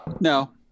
No